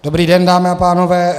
Dobrý den, dámy a pánové.